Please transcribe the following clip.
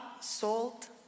salt